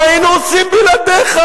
מה היינו עושים בלעדיך,